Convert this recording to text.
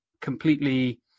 completely